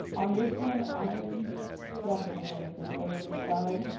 on this one, i'm definitely on the conservative side,